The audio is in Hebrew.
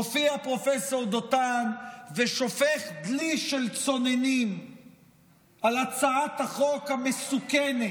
מופיע פרופ' דותן ושופך דלי של צוננים על הצעת החוק המסוכנת,